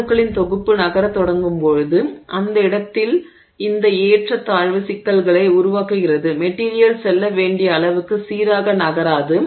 அணுக்களின் தொகுப்பு நகரத் தொடங்கும் போது அந்த இடத்தில் இந்த ஏற்றத்தாழ்வு சிக்கல்களை உருவாக்குகிறது மெட்டிரியல் செல்ல வேண்டிய அளவுக்கு சீராக நகராது